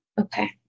Okay